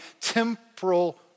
temporal